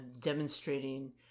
demonstrating